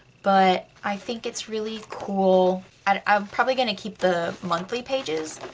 but i think it's really cool. i'm probably going to keep the monthly pages.